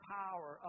power